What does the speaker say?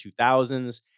2000s